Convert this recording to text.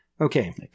okay